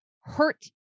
hurt